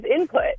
input